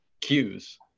cues